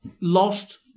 lost